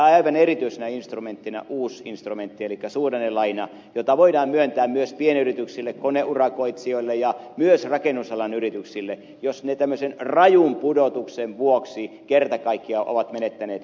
aivan erityisenä instrumenttina on uusi instrumentti elikkä suhdannelaina jota voidaan myöntää myös pienyrityksille koneurakoitsijoille ja myös rakennusalan yrityksille jos ne tämmöisen rajun pudotuksen vuoksi kerta kaikkiaan ovat menettäneet kysyntää